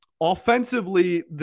Offensively